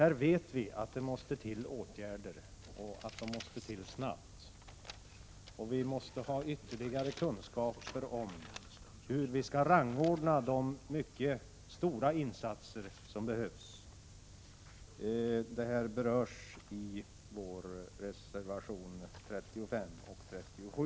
Vi vet att det där måste till åtgärder och att de måste komma snabbt. Vi måste också ha ytterligare kunskaper om hur vi skall rangordna de mycket stora insatser som behövs. Det här berörs i våra reservationer 35 och 37.